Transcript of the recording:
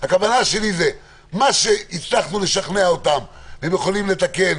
על מה שהצלחנו לשכנע אותם והם יכולים לתקן